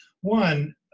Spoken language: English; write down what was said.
One